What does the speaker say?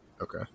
okay